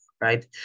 right